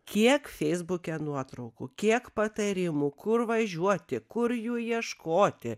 kiek feisbuke nuotraukų kiek patarimų kur važiuoti kur jų ieškoti